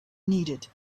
needed